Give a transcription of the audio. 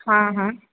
हँ हँ